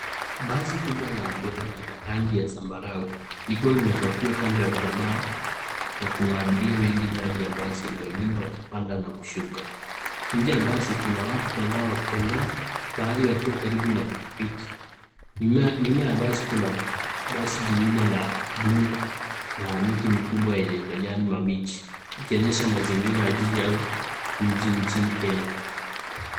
Basi kubwa la abiria la rangi ya zambarau likiwa limepakiwa kando ya barabara na kuna abiria wngi ndani ya basi na wengine wakipanda na kushuka. Nje ya basi kuna watu kadhaa wakitembea baadhi wakiwa karibu na pikipiki. Nyuma ya basi kuna basi jingine la blue na miti mikubwa yenye majani mabichi ikionyesha mazingira ya jiji au mji nchini Kenya.